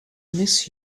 miss